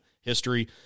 history